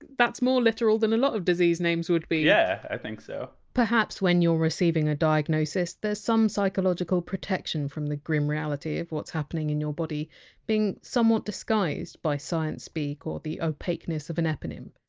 that's more literal than a lot of disease names would be yeah, i think so perhaps, when you're receiving a diagnosis, there's some psychological protection from the grim reality of what's happening in your body being somewhat disguised by science-speak or the opaqueness of an eponym.